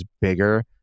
bigger